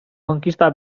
konkista